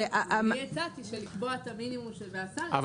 אני הצעתי לקבוע את המינימום של --- אבל